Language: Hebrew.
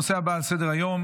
הנושא הבא על סדר-היום,